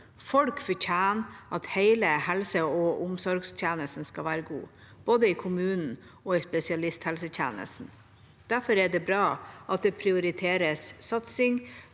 Folk fortjener at hele helse- og omsorgstjenesten skal være god, både i kommunen og i spesialisthelsetjenesten. Derfor er det bra at satsing